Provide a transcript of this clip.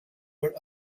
were